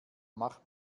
mach